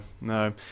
no